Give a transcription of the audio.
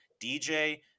DJ